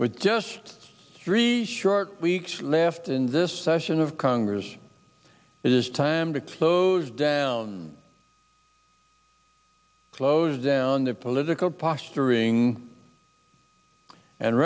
with just three short weeks left in this session of congress it is time to close down close down the political posturing and